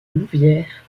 louvière